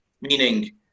meaning